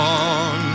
on